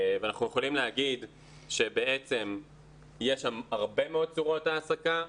ואנחנו יכולים להגיד שיש שם הרבה מאוד צורות העסקה.